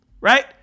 right